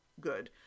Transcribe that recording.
good